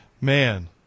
Man